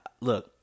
look